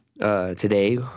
Today